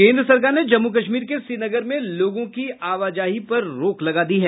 केन्द्र सरकार ने जम्मू कश्मीर के श्रीनगर में लोगों की आवाजाही पर रोक लगा दी है